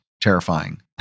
terrifying